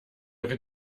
ihre